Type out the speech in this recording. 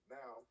now